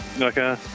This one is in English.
Okay